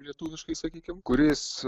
lietuviškai sakykim kuris